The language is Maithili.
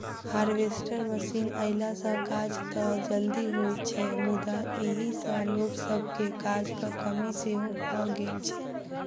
हार्वेस्टर मशीन अयला सॅ काज त जल्दी होइत छै मुदा एहि सॅ लोक सभके काजक कमी सेहो भ गेल छै